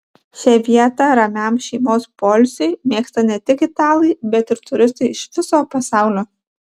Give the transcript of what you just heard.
šią vietą ramiam šeimos poilsiui mėgsta ne tik italai bet ir turistai iš viso pasaulio